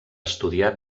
estudiar